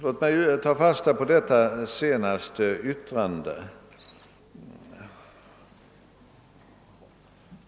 Låt mig ta fasta på detta senaste yttrande.